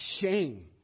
shame